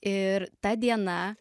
ir ta diena